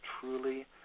truly